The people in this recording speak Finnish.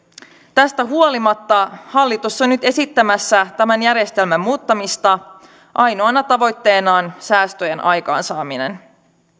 tästä huolimatta hallitus on nyt esittämässä tämän järjestelmän muuttamista ainoana tavoitteenaan säästöjen aikaansaaminen